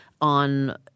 on –